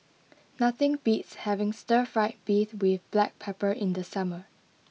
nothing beats having Stir Fried Beef with Black Pepper in the summer